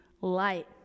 light